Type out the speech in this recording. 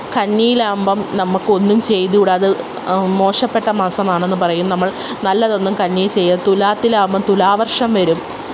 കന്നീലാകുമ്പം നമുക്കൊന്നും ചെയ്ത് കൂടത് മോശപ്പെട്ട മാസമാണെന്ന് പറയും നമ്മള് നല്ലതൊന്നും കന്നീ ചെയ്യില്ല തുലാത്തിലാകുമ്പം തുലാവര്ഷം വരും